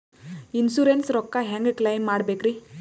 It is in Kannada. ಇನ್ಸೂರೆನ್ಸ್ ರೊಕ್ಕ ಹೆಂಗ ಕ್ಲೈಮ ಮಾಡ್ಬೇಕ್ರಿ?